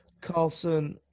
Carlson